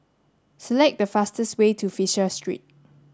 select the fastest way to Fisher Street